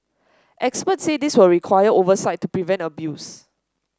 experts say this will require oversight to prevent abuse